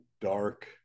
dark